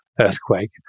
earthquake